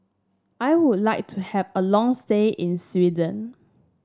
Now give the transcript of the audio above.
I would like to have a long stay in Sweden